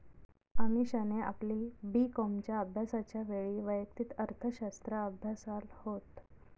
अमीषाने आपली बी कॉमच्या अभ्यासाच्या वेळी वैयक्तिक अर्थशास्त्र अभ्यासाल होत